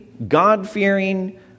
God-fearing